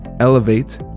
Elevate